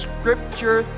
Scripture